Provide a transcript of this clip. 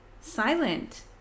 silent